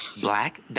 Black